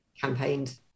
campaigned